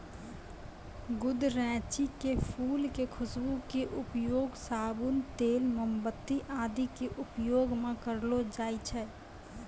गुदरैंची के फूल के खुशबू के उपयोग साबुन, तेल, मोमबत्ती आदि के उपयोग मं करलो जाय छै